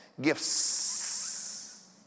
gifts